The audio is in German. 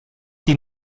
die